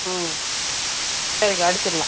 ம் சரிக்கா அடிச்சுக்கலாம்